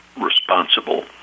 responsible